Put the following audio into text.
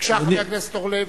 בבקשה, חבר הכנסת אורלב.